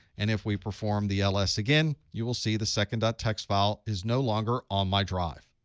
and if we perform the ls again, you will see the second txt. file is no longer on my drive.